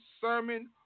Sermon